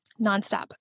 nonstop